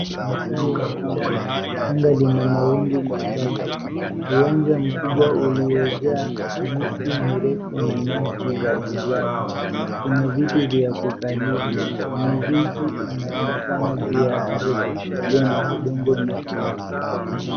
Masaa ya mchana. Anga lina mawingu machache. Uwanja mkubwa uliyojaa miti mirefu na nyasi za kijani. Kuna viti vya kukalia. Mizizi inaonekana juu ya ardhi iliyo na udongo mwekundu.